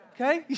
okay